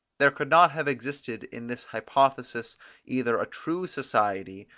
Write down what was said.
there could not have existed in this hypothesis either a true society,